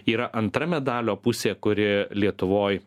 yra antra medalio pusė kuri lietuvoj